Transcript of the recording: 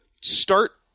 start